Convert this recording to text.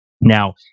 Now